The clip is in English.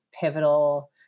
pivotal